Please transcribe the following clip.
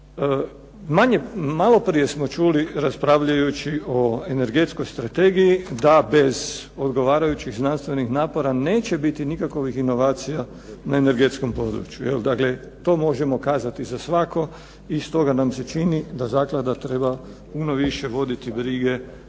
Maloprije smo čuli raspravljajući o energetskoj strategiji da bez odgovarajućih znanstvenih napora neće biti nikakovih inovacija na energetskom području. Dakle, to možemo kazati za svako i stoga nam se čini da zaklada treba puno više voditi brige